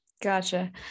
Gotcha